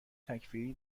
تکفیری